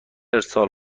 ارسال